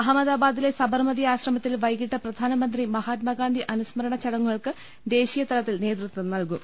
അഹമ്മദാബാദിലെ സബർമതി ആശ്രമത്തിൽ വൈകിട്ട് പ്രധാനമന്ത്രി മഹാത്മാഗാന്ധി അനുസ്മരണ ചടങ്ങുകൾക്ക് ദേശീയതലത്തിൽ നേതൃത്വം നൽകും